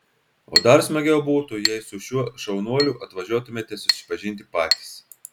o dar smagiau būtų jei su šiuo šaunuoliu atvažiuotumėte susipažinti patys